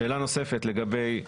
שאלה נוספת, לגבי,